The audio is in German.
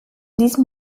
diesem